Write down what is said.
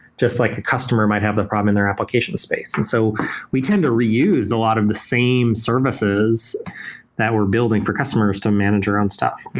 just like a customer might have that problem in their application space. and so we tend to reuse a lot of the same services that we're building for customers to manage our own stuff.